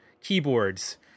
keyboards